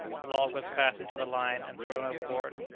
the log was fastened to the line and thrown overboard.